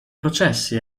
processi